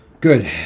Good